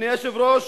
אדוני היושב-ראש,